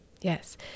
Yes